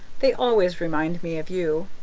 they always remind me of you.